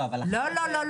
לא, לא.